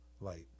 light